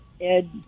Ed